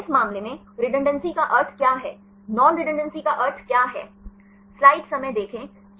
इस मामले में रेडुन्डंसे का अर्थ क्या है नॉन रेडुन्डंसे का अर्थ क्या है